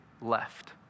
left